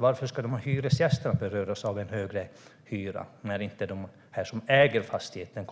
Varför ska hyresgästerna få högre hyra när de som äger fastigheterna